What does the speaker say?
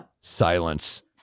Silence